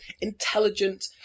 Intelligent